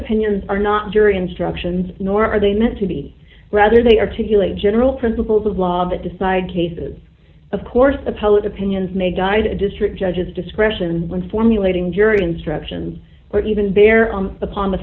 opinions are not jury instructions nor are they meant to be rather they articulate general principles of law that decide cases of course appellate opinions may died at district judge's discretion when formulating jury instructions or even bear upon the